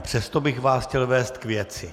Přesto bych vás chtěl vést k věci.